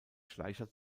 schleicher